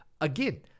Again